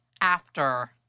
after-